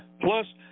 Plus